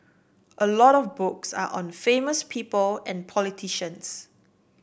a lot of books are on famous people and politicians